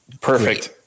Perfect